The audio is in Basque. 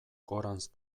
gorantz